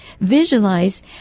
visualize